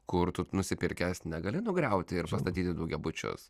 kur tų nusipirkęs negali nugriauti ir pastatyti daugiabučius